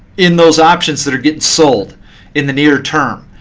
in those options that are getting sold in the near term.